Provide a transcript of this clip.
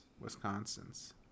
Wisconsin's